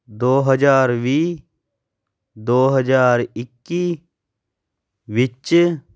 ਦੋ ਹਜ਼ਾਰ ਵੀਹ ਦੋ ਹਜ਼ਾਰ ਇੱਕੀ ਵਿੱਚ